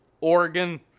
Oregon